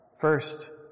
First